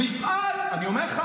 אני אומר לך,